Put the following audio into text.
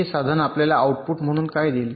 हे साधन आपल्याला आउटपुट म्हणून काय देईल